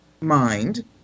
mind